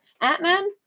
Ant-Man